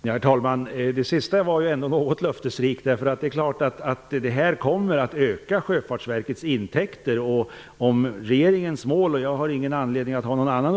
Herr talman! Det sista var löftesrikt, eftersom Sjöfartsverkets intäkter härigenom självfallet kommer att ökas.